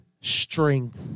strength